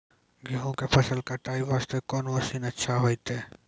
गेहूँ के फसल कटाई वास्ते कोंन मसीन अच्छा होइतै?